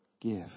Give